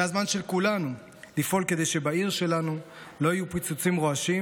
זה הזמן של כולנו לפעול כדי שבעיר שלנו לא יהיו פיצוצים רועשים,